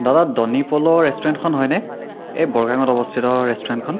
দাদা দনিপল' ৰেষ্টুৰেণ্টখন হয়নে এই বৰগাঙত অৱস্থিত ৰেষ্টুৰেণ্টখন ষ্টোৰেণ্টখন